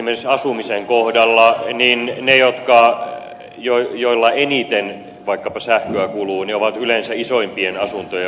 esimerkiksi asumisen kohdalla ne joilla eniten vaikkapa sähköä kuluu ovat yleensä isoimpien asuntojen omistajia